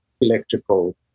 electrical